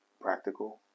practical